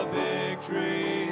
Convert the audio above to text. victory